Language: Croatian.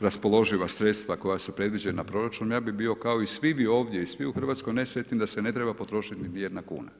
raspoloživa sredstava, koja su predviđena proračunom, ja bi bio kao i svi vi ovdje, svi vi u Hrvatskoj, najsretniji da se ne treba potrošiti niti jedna kuna.